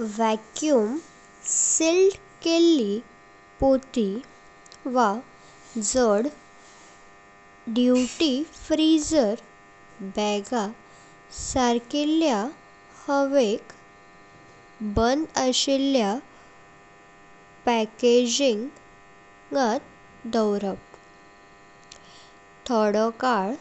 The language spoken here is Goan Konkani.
वॅक्यूम सील केलेली पोटी वा झाड ड्यूटी फ्रीजर बगा सर्किल्ल्या ह्यावेक बंद अशिल्ल्या पॅकिंगांत दावरा अप। थोडो काळ